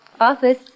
Office